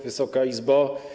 Wysoka Izbo!